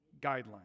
guidelines